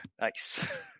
Nice